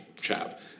chap